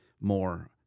more